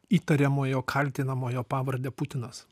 įtariamojo kaltinamojo pavarde putinas